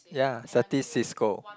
ya Certis Cisco